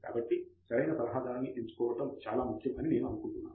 కాబట్టి సరైన సలహాదారుని ఎన్నుకోవడం చాలా ముఖ్యం అని నేను అనుకుంటున్నాను